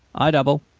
i double.